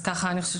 אני חושבת